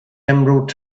emerald